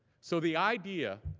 so the idea